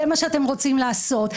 זה מה שאתם רוצים לעשות.